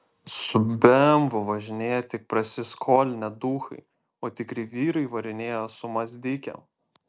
su bemvu važinėja tik prasiskolinę duchai o tikri vyrai varinėja su mazdikėm